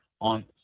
on